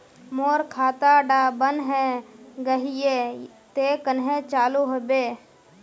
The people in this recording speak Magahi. मोर खाता डा बन है गहिये ते कन्हे चालू हैबे?